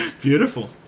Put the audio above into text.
beautiful